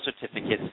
certificates